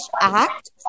act